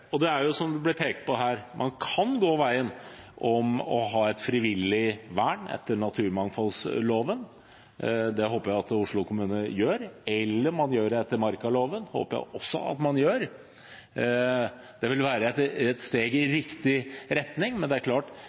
Som det blir pekt på her, kan man gå veien om et frivillig vern etter naturmangfoldloven – det håper jeg at Oslo kommune gjør – eller man kan gjøre det etter markaloven. Det håper jeg også at man gjør. Det vil være et steg i riktig retning, men det er klart